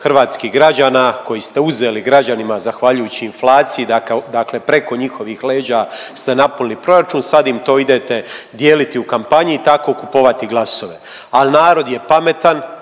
hrvatskih građana koji ste uzeli građanima zahvaljujući inflaciji, dakle preko njihovih leđa ste napunili proračun sad im to idete dijeliti u kampanji i tako kupovati glasove, ali narod je pametan